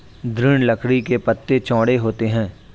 दृढ़ लकड़ी के पत्ते चौड़े होते हैं